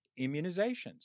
immunizations